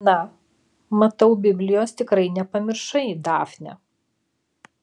na matau biblijos tikrai nepamiršai dafne